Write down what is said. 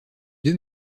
deux